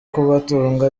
kubatunga